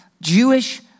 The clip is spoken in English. Jewish